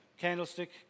candlestick